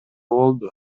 болду